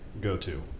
go-to